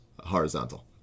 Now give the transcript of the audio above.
horizontal